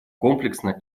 комплексно